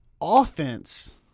offense –